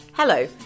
Hello